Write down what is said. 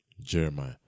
Jeremiah